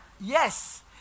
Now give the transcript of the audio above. Yes